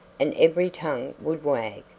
and every tongue would wag.